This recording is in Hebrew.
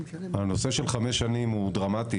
הנושא של חמש שנים פה הוא דרמטי,